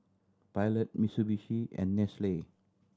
Pilot Mitsubishi and Nestle